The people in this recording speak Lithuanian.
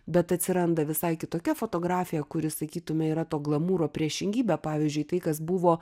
bet atsiranda visai kitokia fotografija kuri sakytume yra to glamūro priešingybė pavyzdžiui tai kas buvo